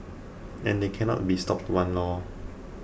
and they cannot be stopped one lor